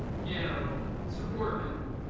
no. mr. portman